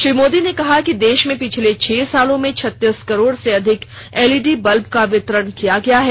श्री मोदी ने कहा कि देश में पिछले छह सालों में छत्तीस करोड से अधिक एलईडी बल्ब का वितरण किया गया है